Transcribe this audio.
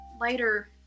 later